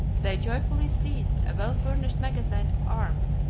they joyfully seized a well-furnished magazine of arms,